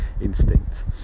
instinct